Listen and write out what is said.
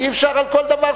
אי-אפשר על כל דבר,